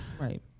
right